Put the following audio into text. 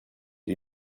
you